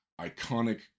iconic